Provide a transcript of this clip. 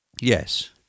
yes